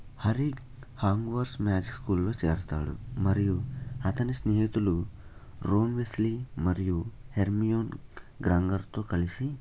హరి హం వర్డ్స్ మాక్స్ స్కూల్లో చేస్తాడు మరియు అతని స్నేహితులు రోన్ వెస్లీ మరియు హెర్మియోన్ గ్రాంగర్తో కలిసి